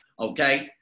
Okay